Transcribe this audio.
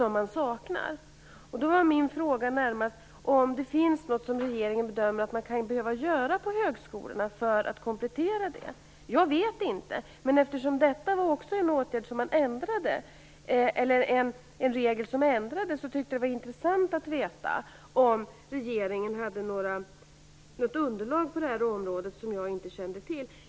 Man saknar dessa kunskaper. Min fråga gällde närmast om regeringen bedömer att högskolorna kan behöva göra något för att komplettera. Jag vet inte. Men eftersom det är en regel som ändrades tyckte jag att det var intressant att veta om regeringen hade något underlag på området som jag inte kände till.